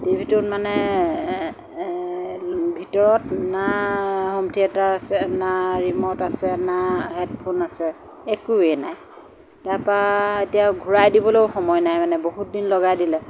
টিভিটোত মানে এ ভিতৰত না হোম থিয়েটাৰ আছে না ৰিম'ট আছে না হেডফোন আছে একোৱে নাই তাৰপৰা এতিয়া ঘূৰাই দিবলৈও সময় নাই মানে বহুদিন লগাই দিলে